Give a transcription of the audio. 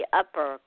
upper